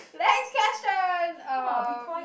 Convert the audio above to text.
next question uh